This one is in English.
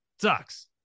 Sucks